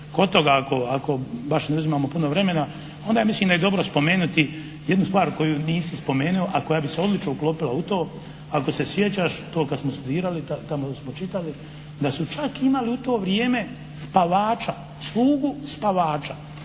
kod toga ako baš ne oduzimamo puno vremena, onda mislim da je dobro spomenuti jednu stvar koju nisu spomenuo, a koja bi se odlično uklopila u to. Ako se sjećaš to kada smo studirali, tamo smo čitali da su čak imali u to vrijeme spavača, slugu spavača.